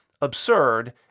absurd